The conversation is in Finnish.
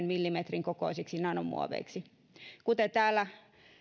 millimetrin kokoisiksi nanomuoveiksi kuten täällä